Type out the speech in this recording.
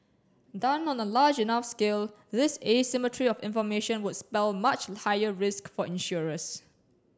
done on a large enough scale this asymmetry of information would spell much higher risk for insurers